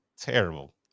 terrible